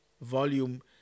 volume